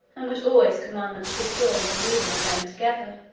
and would always command them to withdraw, when we were alone together.